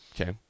Okay